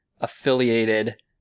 affiliated